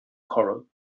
corral